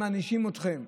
מענישים אתכם.